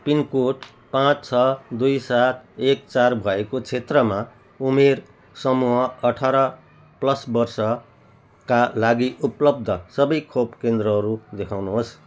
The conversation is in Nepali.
पिनकोड पाँच छ दुई सात एक चार भएको क्षेत्रमा उमेर समूह अठार प्लस वर्षका लागि उपलब्ध सबै खोप केन्द्रहरू देखाउनुहोस्